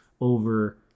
over